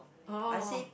oh